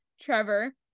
trevor